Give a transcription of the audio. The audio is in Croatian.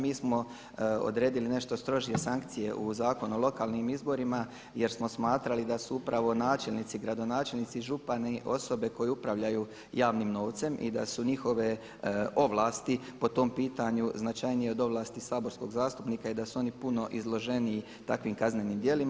Mi smo odredili nešto strožije sankcije u Zakon o lokalnim izborima jer smo smatrali da su upravo načelnici, gradonačelnici i župani osobe koje upravljaju javnim novcem i da su njihove ovlasti po tom pitanju značajnije od ovlasti saborskog zastupnika i da su oni puno izloženiji takvim kaznenim dijelima.